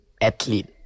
athlete